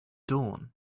dawn